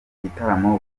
gitaramo